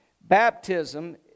baptism